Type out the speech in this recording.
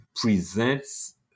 presents